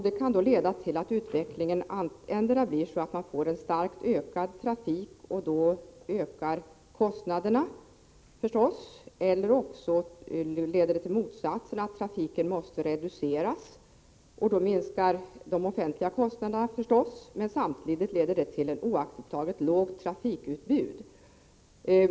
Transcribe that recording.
Det kan leda till att utvecklingen blir sådan att man får en starkt ökad trafik, och då ökar förstås kostnaderna. Det kan också leda till motsatsen, att trafiken måste reduceras. Då minskar givetvis de offentliga kostnaderna, men samtidigt medför det ett oacceptabelt lågt trafikutbud.